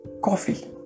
Coffee